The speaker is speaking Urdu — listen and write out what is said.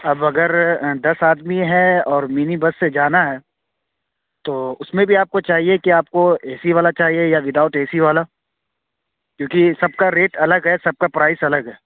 اب اگر دس آدمی ہیں اور منی بس سے جانا ہے تو اُس میں بھی آپ کو چاہیے کہ آپ کو اے سی والا چاہیے یا ود آؤٹ اے سی والا کیوں کہ سب کا ریٹ الگ ہے سب کا پرائس الگ ہے